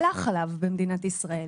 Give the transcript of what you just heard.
הלך עליו במדינת ישראל.